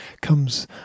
comes